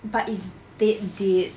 but it's dead dead